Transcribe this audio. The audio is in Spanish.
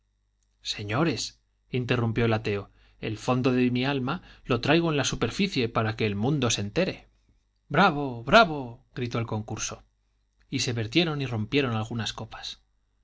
de su alma señores interrumpió el ateo el fondo de mi alma lo traigo en la superficie para que el mundo se entere bravo bravo gritó el concurso y se vertieron y rompieron algunas copas